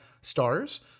stars